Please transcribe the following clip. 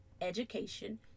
education